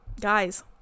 guys